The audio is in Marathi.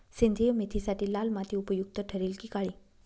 सेंद्रिय मेथीसाठी लाल माती उपयुक्त ठरेल कि काळी?